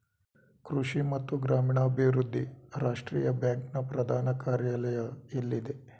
ಕೃಷಿ ಮತ್ತು ಗ್ರಾಮೀಣಾಭಿವೃದ್ಧಿ ರಾಷ್ಟ್ರೀಯ ಬ್ಯಾಂಕ್ ನ ಪ್ರಧಾನ ಕಾರ್ಯಾಲಯ ಎಲ್ಲಿದೆ?